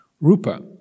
Rupa